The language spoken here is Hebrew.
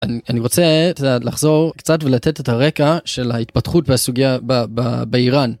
אני רוצה, את יודעת, לחזור קצת ולתת את הרקע של ההתפתחות בסוגיה באיראן.